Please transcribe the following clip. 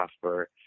software